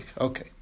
Okay